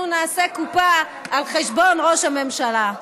אנחנו נעשה קופה על חשבון ראש הממשלה.